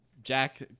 Jack